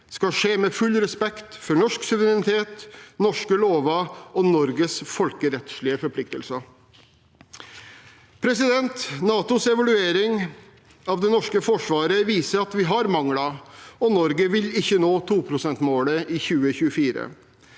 skal skje med full respekt for norsk suverenitet, norske lover og Norges folkerettslige forpliktelser. NATOs evaluering av det norske forsvaret viser at vi har mangler, og Norge vil ikke nå 2-prosentmålet i 2024.